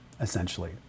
essentially